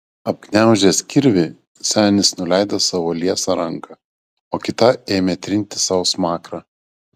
apgniaužęs kirvį senis nuleido savo liesą ranką o kita ėmė trinti sau smakrą